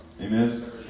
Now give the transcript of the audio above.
Amen